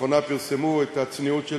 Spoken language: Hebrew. לאחרונה פרסמו את הצניעות של